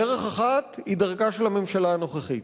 דרך אחת היא דרכה של הממשלה הנוכחית.